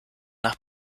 nach